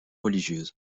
religieuses